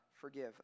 forgive